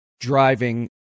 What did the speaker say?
driving